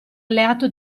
alleato